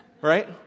Right